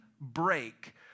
break